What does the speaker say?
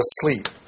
asleep